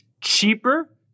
cheaper